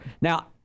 Now